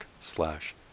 slash